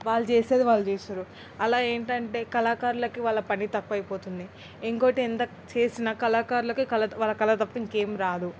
వాళ్ళు చేసేది వాళ్ళు చేస్తారు అలా ఏంటంటే కళాకారులకి వాళ్ళ పని తప్పి పోతుంది ఇంకొకటి ఎంత చేసినా కళాకారులకు కళ వాళ్ళ కళ తప్ప ఇంకేమి రాదు